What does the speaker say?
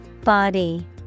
Body